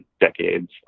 decades